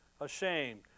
ashamed